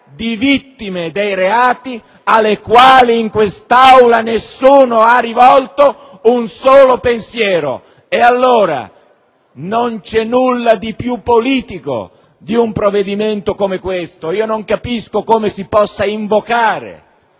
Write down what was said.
di vittime dei reati, alle quali in questa Aula nessuno ha rivolto un solo pensiero. Dunque, non c'è nulla di più politico di un provvedimento come questo e non capisco come si possa invocare